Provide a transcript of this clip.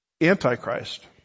Antichrist